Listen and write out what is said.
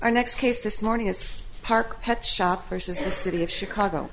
our next case this morning is park pet shop versus the city of chicago